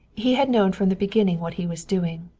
he had known from the beginning what he was doing.